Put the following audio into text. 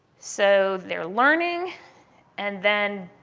so they're learning and then,